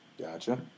Gotcha